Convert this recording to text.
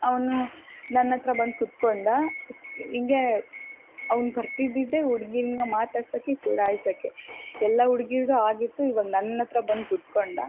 ಅವನು ನನ್ನ ಹತ್ರ ಬಂದು ಕೂತ್ಕೊಂಡ ಹಿಂಗೆ ಅವ್ನು ಬರ್ತಿದ್ದಿದ್ದೇ ಹುಡ್ಗಿನ್ನ ಮಾತಾಡ್ಸಕ್ಕೆ ಚುಡಾಯ್ಸಕ್ಕೆ ಎಲ್ಲ ಹುಡ್ಗಿರ್ದು ಆಗಿತ್ತು ಇವಾಗ ನನ್ನ ಹತ್ರ ಬಂದು ಕೂತ್ಕೊಂಡ